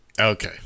Okay